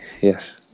Yes